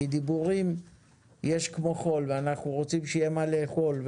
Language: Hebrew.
כי דיבורים יש כמו חול ואנחנו רוצים שיהיה מה לאכול,